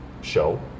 show